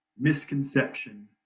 misconception